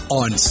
on